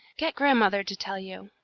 get grandmother to tell you.